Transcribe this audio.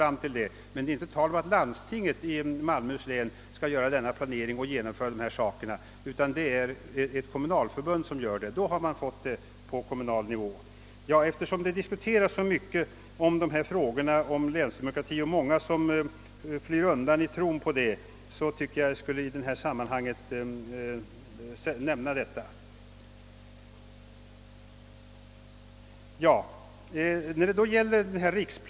Det är alltså inte tal om att landstinget i Malmöhus län skall sköta planering och genomförande, utan det är kommunalförbund som gör det. Därigenom har man åstadkommit en planering på kommunal nivå. Eftersom länsdemokratifrågorna diskuterats så mycket och eftersom det är så många som försöker fly undan kommunindelningsreformen i tron att länsdemokratiutredningen skall kunna föreslå ett bättre alternativ bl.a. för samhällsplaneringen tyckte jag att jag borde ta upp detta.